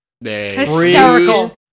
Hysterical